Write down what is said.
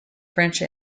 french